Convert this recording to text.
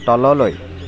তললৈ